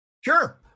Sure